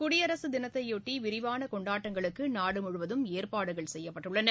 குடியரசுத் தினத்தையொட்டி விரிவான கொண்டாட்டங்களுக்கு நாடு முழுவதும் ஏற்பாடுகள் செய்யப்பட்டுள்ளன